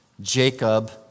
Jacob